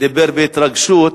דיבר בהתרגשות,